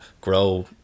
grow